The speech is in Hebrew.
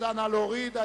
אין נמנעים.